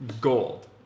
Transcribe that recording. gold